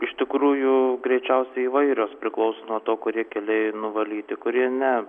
iš tikrųjų greičiausiai įvairios priklauso nuo to kurie keliai nuvalyti kurie ne